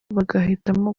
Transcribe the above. bahitamo